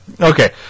okay